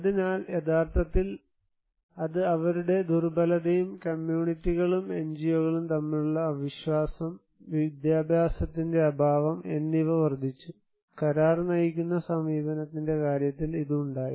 അതിനാൽ യഥാർത്ഥത്തിൽ അത് അവരുടെ ദുർബലതയും കമ്മ്യൂണിറ്റികളും എൻജിഒകളും തമ്മിലുള്ള അവിശ്വാസം വിദ്യാഭ്യാസത്തിന്റെ അഭാവം എന്നിവ വർദ്ധിപ്പിച്ചു കരാർ നയിക്കുന്ന സമീപനത്തിന്റെ കാര്യത്തിൽ ഇത് ഉണ്ടായിരുന്നു